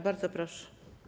Bardzo proszę.